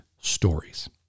stories